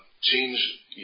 change